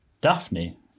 Daphne